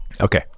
okay